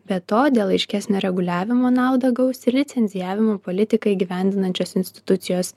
be to dėl aiškesnio reguliavimo naudą gaus ir licencijavimo politiką įgyvendinančios institucijos